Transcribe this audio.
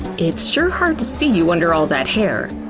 it's sure hard to see you under all that hair.